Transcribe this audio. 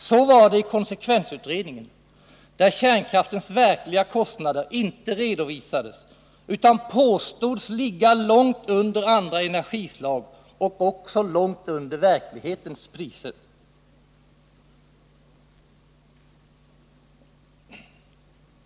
Så var det i konsekvensutredningen, där kärnkraftens verkliga kostnader inte redovisades utan påstods ligga långt under kostnaderna för andra energislag och också långt under verklighetens priser.